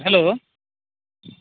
hello